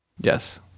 Yes